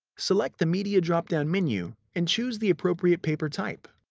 select the media drop-down menu and choose the appropriate paper type.